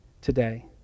today